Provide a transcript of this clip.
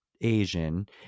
asian